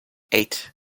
eight